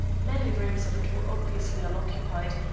many rooms of it were obviously unoccupied,